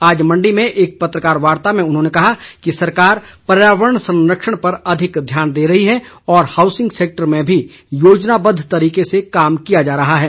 आज मंडी में एक पत्रकार वार्ता में उन्होंने कहा कि सरकार पर्यावरण संरक्षण पर अधिक ध्यान दे रही है और हाऊसिंग सेक्टर में भी योजनाबद्व तरीके से काम किया जा रहा है